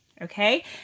Okay